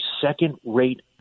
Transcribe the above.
second-rate